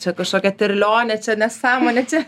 čia kažkokia terlionė čia nesąmonė čia